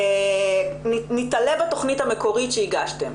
ניתלה בתכנית המקורית שהגשתם.